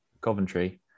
Coventry